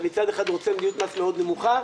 מצד אחד אתה רוצה מדיניות מס מאוד נמוכה,